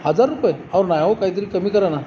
हजार रुपये अहो नाही हो काहीतरी कमी करा ना